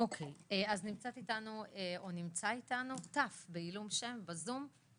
נמצא איתנו ת', בעילום שם, בזום.